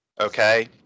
okay